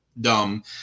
dumb